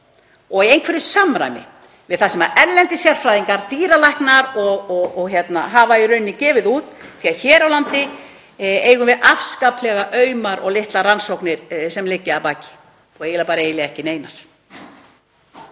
og í einhverju samræmi við það sem erlendir sérfræðingar, dýralæknar, hafa gefið út því að hér á landi eigum við afskaplega aumar og litlar rannsóknir sem liggja að baki, og eiginlega bara ekki neinar.